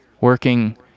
working